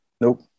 Nope